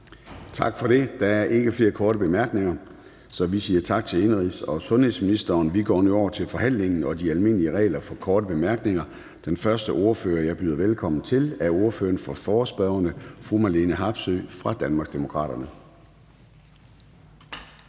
Tak for det. Der er ikke flere korte bemærkninger, så vi siger tak til indenrigs- og sundhedsministeren. Vi går nu over til forhandlingen og de almindelige regler for korte bemærkninger. Den første, jeg byder velkommen til, er ordføreren for forespørgerne, fru Marlene Harpsøe fra Danmarksdemokraterne.